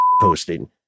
posting